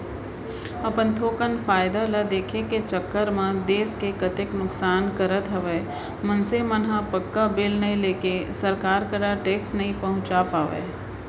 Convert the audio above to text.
अपन थोकन फायदा ल देखे के चक्कर म देस के कतेक नुकसान करत हवय मनसे मन ह पक्का बिल नइ लेके सरकार करा टेक्स नइ पहुंचा पावय